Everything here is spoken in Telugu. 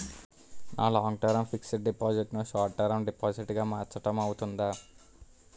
నా లాంగ్ టర్మ్ ఫిక్సడ్ డిపాజిట్ ను షార్ట్ టర్మ్ డిపాజిట్ గా మార్చటం అవ్తుందా?